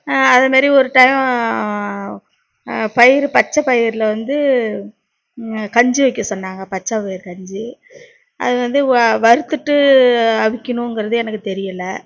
அதுமாரி ஒரு டயம் பயறு பச்சை பயறில் வந்து கஞ்சி வைக்க சொன்னாங்க பச்சை பயிர் கஞ்சி அது வந்து வ வறுத்துட்டு அவிக்கணுங்கிறது எனக்கு தெரியலை